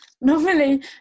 normally